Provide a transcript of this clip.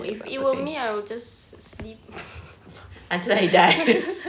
if it were me I will just sleep